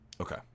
Okay